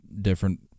different